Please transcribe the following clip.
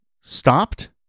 stopped